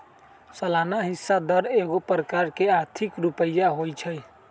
सलाना हिस्सा दर एगो प्रकार के आर्थिक रुपइया होइ छइ